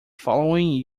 following